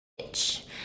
bitch